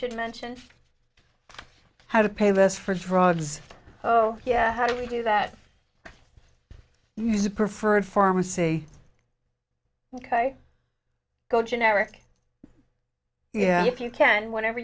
should mention how to pay less for drugs oh yeah how do we do that use a preferred pharmacy ok go generic yeah if you can whenever